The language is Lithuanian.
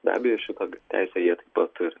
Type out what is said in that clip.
be abejo šitą teisę jie taip pat turi